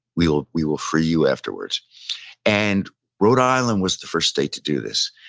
we will we will free you afterwards and rhode island was the first state to do this.